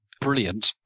brilliant